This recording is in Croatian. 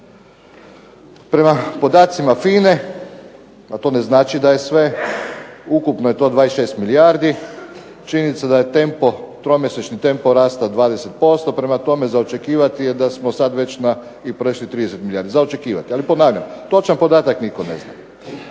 Prema podacima FINA-e a to ne znači da je sve, ukupno je to 26 milijardi. Činjenica je da je tromjesečni tempo rasta 20%, prema tome za očekivati je da smo sad već i prešli 30 milijardi. Za očekivati, ali ponavljam točan podatak nitko ne zna.